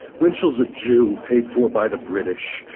winchell's a jew paid for by the british.